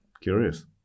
Curious